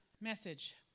message